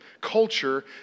culture